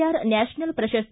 R national ಪ್ರಶಸ್ತಿ